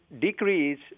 decrease